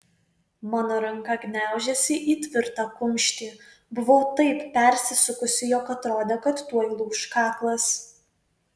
mano ranka gniaužėsi į tvirtą kumštį buvau taip persisukusi jog atrodė kad tuoj lūš kaklas